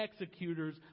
executors